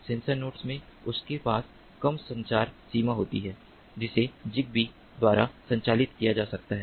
sensor nodes में उनके पास कम संचार सीमा होती है जिसे जिगबी द्वारा संचालित किया जा सकता है